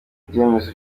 ibyemezo